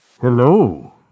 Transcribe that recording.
hello